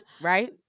Right